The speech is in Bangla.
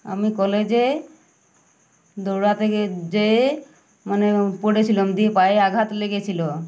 আমি কলেজে দৌড়াতে যেয়ে মানে পড়েছিলাম দিয়ে পায়ে আঘাত লেগেছিলো